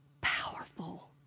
powerful